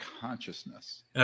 consciousness